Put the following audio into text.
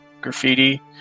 graffiti